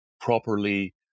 properly